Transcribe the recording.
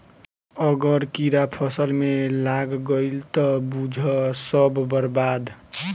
अगर कीड़ा फसल में लाग गईल त बुझ सब बर्बाद